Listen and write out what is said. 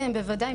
בוודאי,